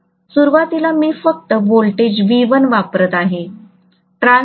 सुरुवातीला मी फक्त व्होल्टेज V1 वापरत आहे